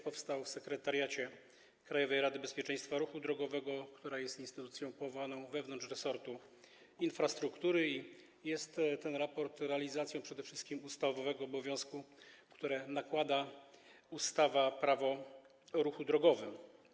Powstał w Sekretariacie Krajowej Rady Bezpieczeństwa Ruchu Drogowego, która jest instytucją powołaną wewnątrz resortu infrastruktury, i jest przede wszystkim realizacją ustawowego obowiązku, który nakłada ustawa Prawo o ruchu drogowym.